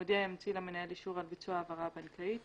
מודיע ימציא למנהל אישור על ביצוע ההעברה הבנקאית.